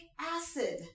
acid